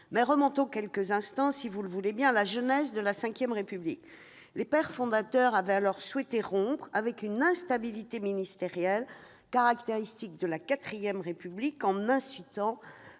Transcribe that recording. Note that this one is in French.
remontons quelques instants, si vous le voulez bien, à la genèse de la V République. Les pères fondateurs souhaitaient rompre avec l'instabilité ministérielle caractéristique de la IV République en instituant